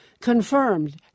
confirmed